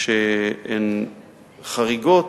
שהן חריגות,